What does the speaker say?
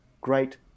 great